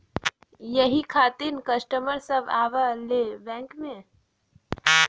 यही खातिन कस्टमर सब आवा ले बैंक मे?